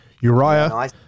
Uriah